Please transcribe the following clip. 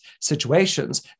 situations